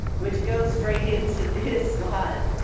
which goes straight into this slide.